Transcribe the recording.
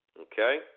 Okay